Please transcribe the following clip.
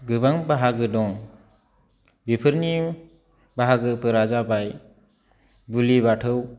गोबां बाहागो दं बेफोरनि बाहागोफोरा जाबाय बुलि बाथौ